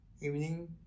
evening